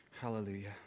hallelujah